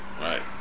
Right